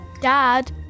Dad